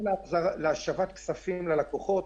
באשר להשבת כספים ללקוחות,